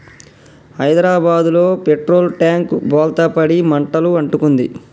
హైదరాబాదులో petrol tank బోల్తా పడి మంటలు అంటుకుంది